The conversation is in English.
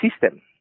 system